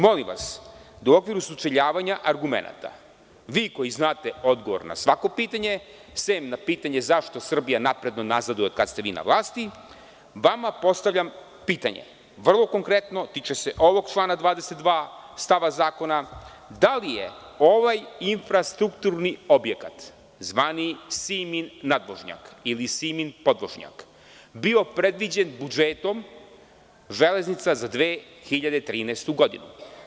Molim vas da u okviru sučeljavanja argumenata, vi koji znate odgovor na svako pitanje, sem na pitanje zašto Srbija napredno nazaduje od kada ste vi na vlasti, odgovorite na pitanje vrlo konkretno, a tiče člana 22. zakona – da li je ovaj infrastrukturni objekat, zvani „Simin nadvožnjak“ ili „Simin podvožnjak“, bio predviđen budžetom „Železnica“ za 2013. godinu?